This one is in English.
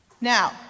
Now